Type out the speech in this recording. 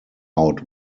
out